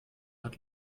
hat